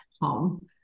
home